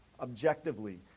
objectively